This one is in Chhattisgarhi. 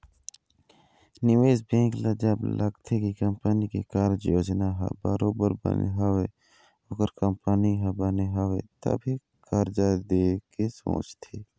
निवेश बेंक ल जब लगथे के कंपनी के कारज योजना ह बरोबर बने हवय ओखर कंपनी ह बने हवय तभे करजा देय के सोचथे